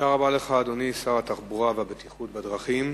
תודה רבה לך, אדוני שר התחבורה והבטיחות בדרכים.